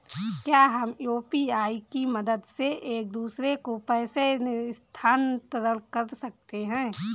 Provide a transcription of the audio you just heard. क्या हम यू.पी.आई की मदद से एक दूसरे को पैसे स्थानांतरण कर सकते हैं?